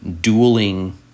Dueling